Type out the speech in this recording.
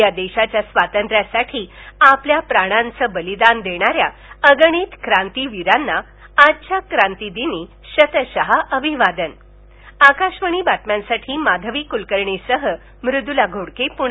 या देशाच्या स्वातंत्र्यासाठी आपल्या प्राणांचं बलिदान देणाऱ्या अगणित क्रांतीवीरांना आजच्या क्रांती दिनी शतशः अभिवादन आकाशवाणी बातम्यांसाठी माधवी कुलकर्णीसह म्रदुला घोडके पुणे